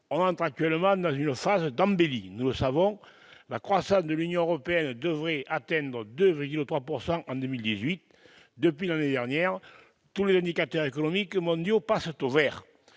entrons actuellement dans une phase d'embellie. Nous le savons, la croissance de l'Union européenne devrait atteindre 2,3 % en 2018. Depuis l'année dernière, tous les indicateurs économiques mondiaux passent au vert.